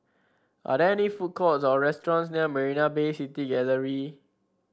are there any food courts or restaurants near Marina Bay City Gallery